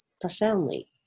profoundly